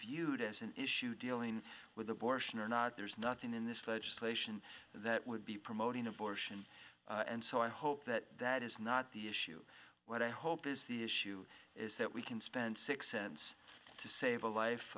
viewed as an issue dealing with abortion or not there's nothing in this legislation that would be promoting abortion and so i hope that that is not the issue what i hope is the issue is that we can spend six cents to save a life